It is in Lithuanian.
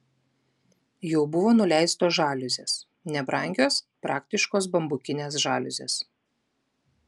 jau buvo nuleistos žaliuzės nebrangios praktiškos bambukinės žaliuzės